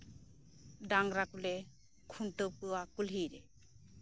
ᱰᱟᱝᱨᱟᱠᱚᱞᱮ ᱠᱷᱩᱱᱴᱟᱹᱣ ᱠᱚᱣᱟ ᱠᱩᱞᱦᱤᱨᱮ